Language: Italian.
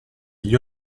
gli